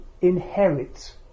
inherit